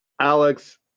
Alex